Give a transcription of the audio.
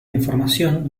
información